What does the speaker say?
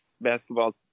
basketball